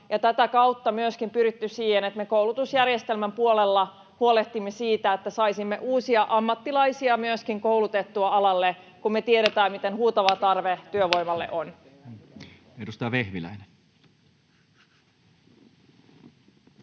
tätä kautta myöskin on pyritty siihen, että me koulutusjärjestelmän puolella huolehdimme siitä, että saisimme uusia ammattilaisia koulutettua alalle, kun me tiedetään, miten huutava tarve työvoimalle on. [Speech